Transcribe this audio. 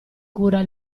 cura